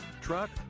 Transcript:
truck